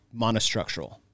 monostructural